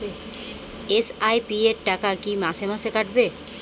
SIP র টাকা কী মাসে মাসে কাটবে?